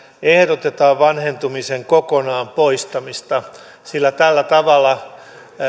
ehdotetaan vanhentumisen kokonaan poistamista sillä tällä tavalla